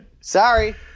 Sorry